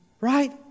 Right